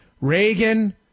Reagan